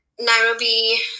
Nairobi